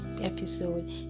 episode